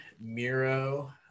Miro